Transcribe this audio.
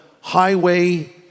highway